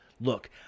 Look